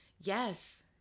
Yes